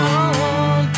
on